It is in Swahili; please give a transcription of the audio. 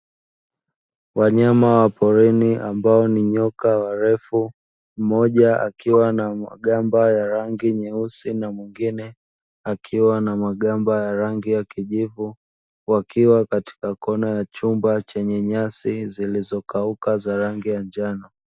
Wanyama wa porini ambao ni nyoka warefu mmoja akiwa na magamba ya rangi nyeusi na mwengine akiwa na magamba ya rangi ya kijivu wakiwa katika Kona ya chumba chenye nyasi ziliokauka za rangi ya njano.